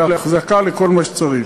לאחזקה ולכל מה שצריך.